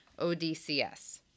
ODCS